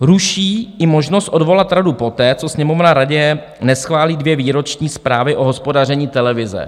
Ruší i možnost odvolat radu poté, co Sněmovna radě neschválí dvě výroční zprávy o hospodaření televize.